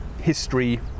history